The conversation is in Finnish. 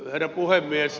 herra puhemies